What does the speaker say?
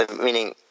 Meaning